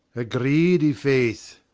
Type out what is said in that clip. agreed, i'faith.